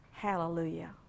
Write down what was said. Hallelujah